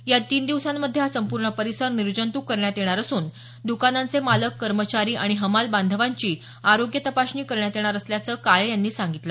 या तीन दिवसांमध्ये हा संपूर्ण परिसर निजँतूक करण्यात येणार असून दुकानांचे मालक कर्मचारी आणि हमाल बांधवांची आरोग्य तपासणी करण्यात येणार असल्याचं काळे यांनी सांगितलं